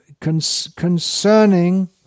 concerning